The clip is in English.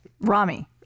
Rami